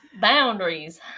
boundaries